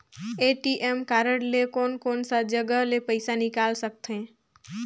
ATM card ले कोन कोन सा जगह ले पइसा निकाल सकथे?